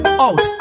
out